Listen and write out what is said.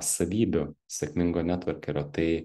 savybių sėkmingo netvorkerio tai